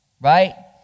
right